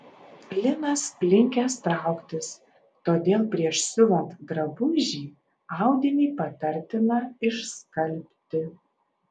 linas linkęs trauktis todėl prieš siuvant drabužį audinį patartina išskalbti